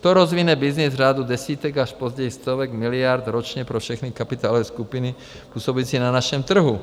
To rozvine byznys v řádu desítek až později stovek miliard ročně pro všechny kapitálové skupiny působící na našem trhu.